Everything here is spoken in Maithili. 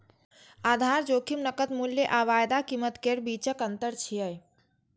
आधार जोखिम नकद मूल्य आ वायदा कीमत केर बीचक अंतर छियै